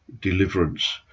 deliverance